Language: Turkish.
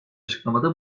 açıklamada